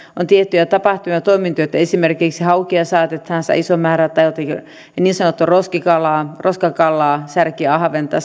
on tiettyjä tapahtumia ja toimintoja joissa saatetaan esimerkiksi haukea saada iso määrä tai jotakin niin sanottua roskakalaa roskakalaa särkeä ahventa